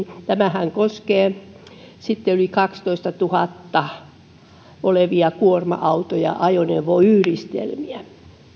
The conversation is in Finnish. tämähän sitten koskee yli kaksitoistatuhatta kiloa painavia kuorma auto ja ajoneuvoyhdistelmiä